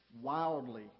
wildly